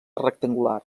rectangular